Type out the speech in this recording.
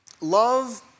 love